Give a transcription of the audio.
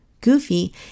Goofy